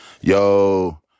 Yo